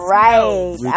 right